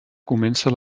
comença